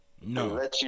No